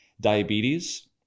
diabetes